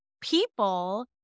people